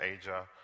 Asia